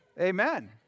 Amen